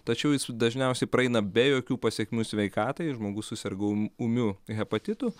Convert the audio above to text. tačiau jis dažniausiai praeina be jokių pasekmių sveikatai žmogus suserga ūm ūmiu hepatitu